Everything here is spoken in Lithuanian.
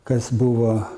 kas buvo